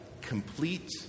complete